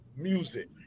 music